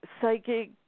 psychic